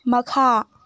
ꯃꯈꯥ